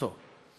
בסוף.